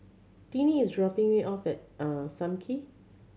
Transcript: Tinie is dropping me off at Sam Kee